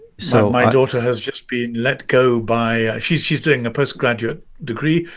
so my daughter has just been let go by she's she's doing a postgraduate degree,